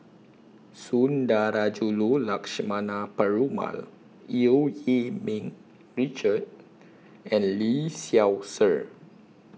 Sundarajulu Lakshmana Perumal EU Yee Ming Richard and Lee Seow Ser